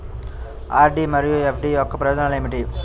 RD మరియు FD యొక్క ప్రయోజనాలు ఏమిటి?